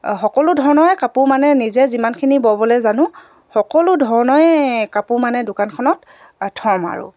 সকলো ধৰণৰে কাপোৰ মানে নিজে যিমানখিনি ববলৈ জানো সকলো ধৰণে কাপোৰ মানে দোকানখনত থ'ম আৰু